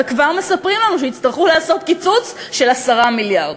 וכבר מספרים לנו שיצטרכו לעשות קיצוץ של 10 מיליארד.